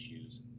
issues